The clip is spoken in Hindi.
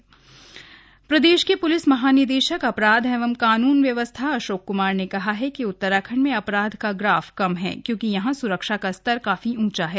डीआईजी पीसी प्रदेश के प्लिस महानिदेशक अपराध और कानून व्यवस्था अशोक क्मार ने कहा है कि उत्तराखंड में अपराध का ग्राफ कम है क्योंकि यहां सुरक्षा का स्तर काफी ऊंचा है